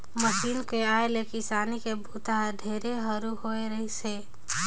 machine के आए ले किसानी के बूता हर ढेरे हरू होवे रहीस हे